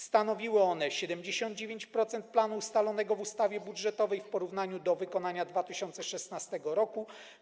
Stanowiły one 79% planu ustalonego w ustawie budżetowej w porównaniu do wykonania w 2016 r.